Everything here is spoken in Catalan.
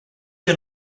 que